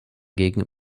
gegen